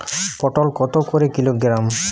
পটল কত করে কিলোগ্রাম?